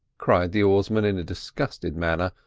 cried the oarsman in a disgusted manner,